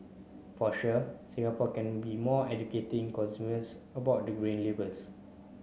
for sure Singapore can be more educating consumers about the Green Labels